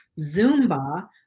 Zumba